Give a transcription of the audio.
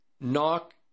knock